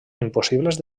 impossibles